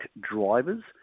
drivers